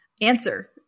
answer